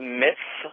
myths